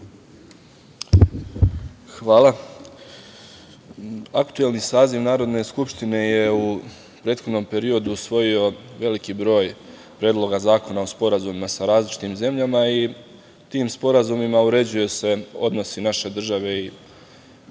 Hvala. Aktuelni saziv Narodne skupštine je u prethodnom periodu osvojio veliki broj predloga zakona o sporazumima sa različitim zemljama i tim sporazumima uređuju se odnosi naše države i